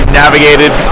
navigated